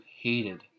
hated